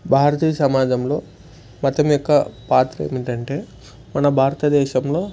భారతీయ సమాజంలో మతం యొక్క పాత్ర ఏమిటంటే మన భారతదేశంలో